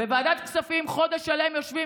חבר הכנסת אמסלם.